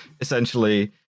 essentially